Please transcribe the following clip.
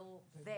ולא: